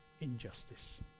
injustice